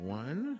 one